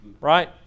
Right